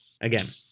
Again